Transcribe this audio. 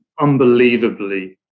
unbelievably